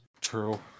True